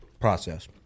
process